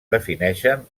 defineixen